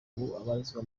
ubarizwa